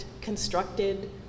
constructed